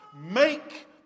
Make